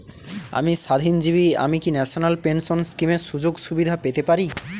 আমি স্বাধীনজীবী আমি কি ন্যাশনাল পেনশন স্কিমের সুযোগ সুবিধা পেতে পারি?